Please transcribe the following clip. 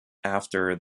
after